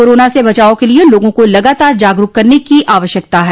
corona से बचाव के लिये लोगों को लगातार जागरूक करने की आवश्यकता है